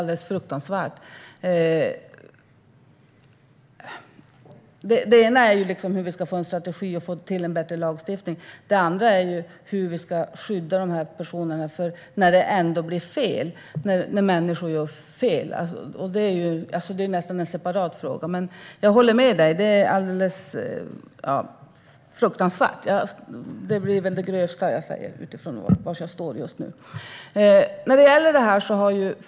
Det handlar dels om hur vi ska komma fram till en strategi och få till en bättre lagstiftning, dels om hur vi ska skydda dessa personer när människor gör fel, vilket nästan är en separat fråga. Jag håller med om att det är alldeles fruktansvärt, och det blir väl det grövsta jag säger, med tanke på var jag står just nu.